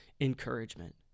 encouragement